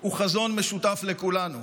הוא חזון משותף לכולנו,